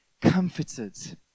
comforted